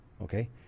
Okay